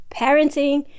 Parenting